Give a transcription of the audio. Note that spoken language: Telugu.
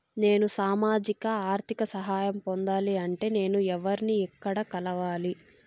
నేను సామాజిక ఆర్థిక సహాయం పొందాలి అంటే నేను ఎవర్ని ఎక్కడ కలవాలి?